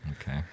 Okay